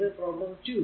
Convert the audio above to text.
ഇത് പ്രോബ്ലം 2